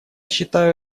считаю